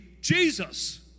Jesus